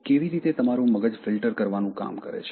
કેવી રીતે તમારું મગજ ફિલ્ટર કરવાનું કામ કરે છે